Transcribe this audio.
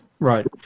Right